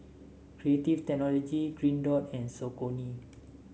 Creative Technology Green Dot and Saucony